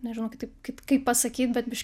nežinau kitaip kaip kaip pasakyt bet biški